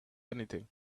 anything